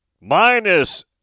minus